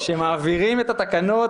-- שמעבירים את התקנות,